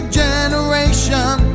generation